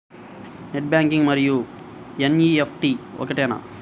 Net banking మరియు NEFT ఒకటేనా?